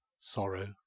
sorrow